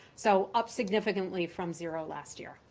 so up significantly from zero last year.